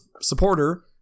supporter